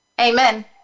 Amen